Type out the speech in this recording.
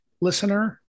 listener